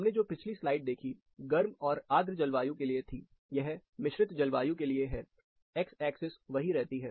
हमने जो पिछली स्लाइड देखी गर्म और आर्द्र जलवायु के लिए थी यह मिश्रित जलवायु के लिए है एक्स एक्सिस वही रहती है